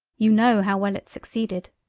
you know how well it succeeded.